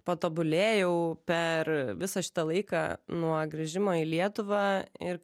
patobulėjau per visą šitą laiką nuo grįžimo į lietuvą ir